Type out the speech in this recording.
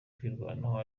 kwirwanaho